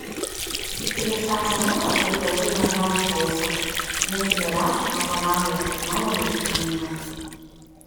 prieš tą senuką pripažino helmholcas mūsų geriausi propagandos technologai yra niekas